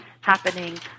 happening